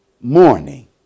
morning